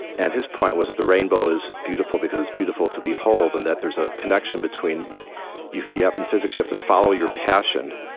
and his point was that the rainbow is beautiful because it's beautiful to behold and that there's a connection between yeah in physics, you have to follow your passion,